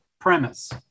premise